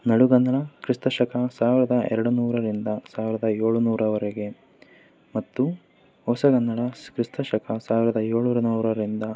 ನಡುಗನ್ನಡ ಕ್ರಿಸ್ತಶಕ ಸಾವಿರದ ಎರಡು ನೂರರಿಂದ ಸಾವಿರದ ಏಳು ನೂರರವರೆಗೆ ಮತ್ತು ಹೊಸಗನ್ನಡ ಕ್ರಿಸ್ತಶಕ ಸಾವಿರದ ಏಳು ನೂರರಿಂದ